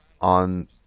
on